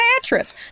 mattress